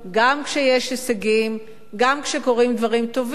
גם כשיש הישגים, גם כשקורים דברים טובים,